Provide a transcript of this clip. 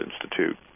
Institute